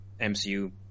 MCU